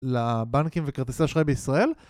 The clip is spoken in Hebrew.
לבנקים וכרטיסי אשראי בישראל